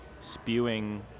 spewing